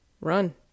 Run